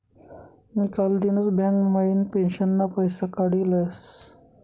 मी कालदिनच बँक म्हाइन पेंशनना पैसा काडी लयस